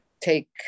take